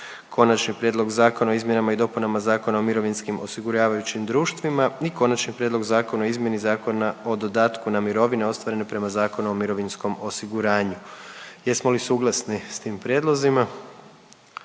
Konačni prijedlog zakona o izmjenama i dopunama Zakona o mirovinskim osiguravajućim društvima, P.Z.E. br. 587. i Konačni prijedlog zakona o izmjeni Zakona o dodatku na mirovine ostvarene prema Zakonu o mirovinskom osiguranju, P.Z. br. 588., daju na sjednicu